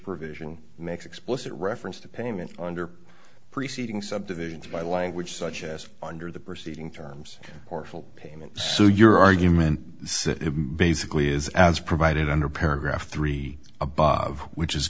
provision makes explicit reference to payment under preceding subdivisions by language such as under the preceeding terms or full payment so your argument basically is as provided under paragraph three above which is